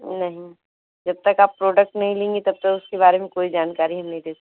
नहीं जब तक आप प्रोडक्ट नहीं लेंगी तब तक उसके बारे में कोई जानकारी हम नहीं दें सकते